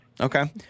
Okay